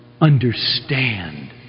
understand